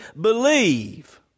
believe